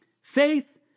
Faith